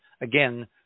again